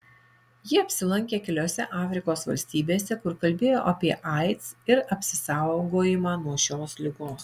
ji apsilankė keliose afrikos valstybėse kur kalbėjo apie aids ir apsisaugojimą nuo šios ligos